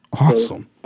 Awesome